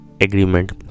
agreement